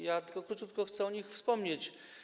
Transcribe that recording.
Ja tylko króciutko chcę o nich wspomnieć.